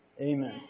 Amen